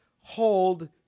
hold